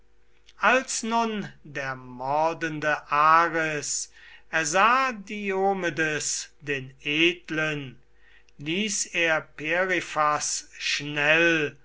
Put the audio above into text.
als nun der mordende ares ersah diomedes den edlen ließ er periphas schnell